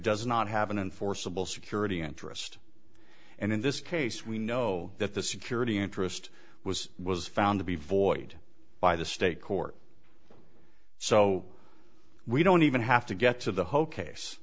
does not have an enforceable security interest and in this case we know that the security interest was was found to be void by the state court so we don't even have to get to the whole case